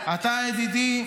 עמית הלוי, אתה, ידידי,